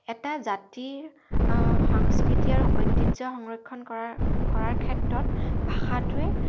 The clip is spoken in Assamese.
এটা জাতিৰ সংস্কৃতিৰ আৰু ঐতিহ্য সংৰক্ষণ কৰা কৰাৰ ক্ষেত্ৰত ভাষাটোৱে